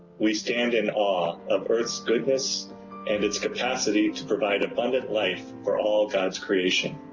we stand in awe of earth s goodness and its capacity to provide abundant life for all god s creation.